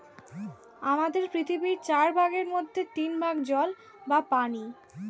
আমাদের পৃথিবীর চার ভাগের মধ্যে তিন ভাগ জল বা পানি